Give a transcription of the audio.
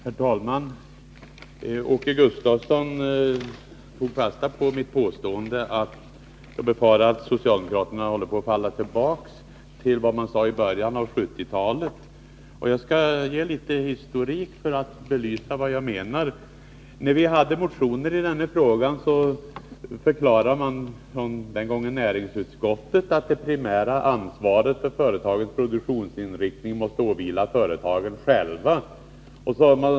Herr talman! Åke Gustavsson tog fasta på att jag befarar att socialdemokraterna håller på att falla tillbaka till vad man sade i början av 1970-talet. Jag skall ge litet historik för att belysa vad jag menar. När vi hade motionerat i denna fråga förklarade man från näringsutskottet: ”Det primära ansvaret för företagens produktionsinriktning måste åvila företagen själva.